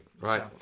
right